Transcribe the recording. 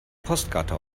postkarte